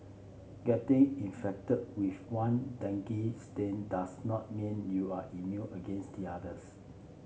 getting infected with one dengue strain does not mean you are immune against the others